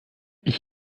ich